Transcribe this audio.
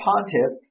pontiff